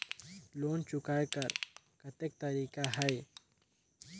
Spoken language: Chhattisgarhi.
लोन चुकाय कर कतेक तरीका है?